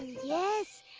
yes,